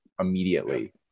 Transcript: immediately